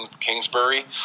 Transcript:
Kingsbury